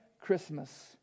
Christmas